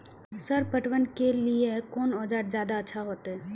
Sir पटवन के लीऐ कोन औजार ज्यादा अच्छा होते?